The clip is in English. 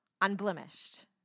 unblemished